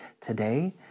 today